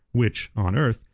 which, on earth,